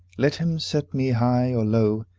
let him set me high or low,